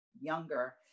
younger